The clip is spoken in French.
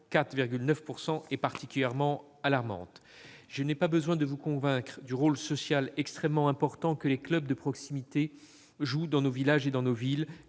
44,9 % est particulièrement alarmante. Je n'ai pas besoin de vous convaincre du rôle social extrêmement important que les clubs de proximité jouent dans nos villages et dans nos villes,